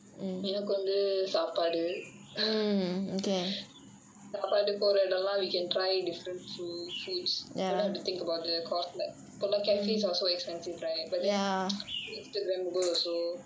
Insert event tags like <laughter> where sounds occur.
எனக்கு வந்து சாப்பாடு சாப்பாட்டுக்கு போற இடமெல்லாம்:enakku vanthu saapaadu saapaadukku pora idamellaam we can try different food fruits don't have to think about the cost like but நான்:naan cafes are also so expensive right but then <noise> so Instagrammable also